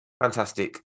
Fantastic